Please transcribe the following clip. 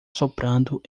soprando